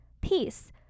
peace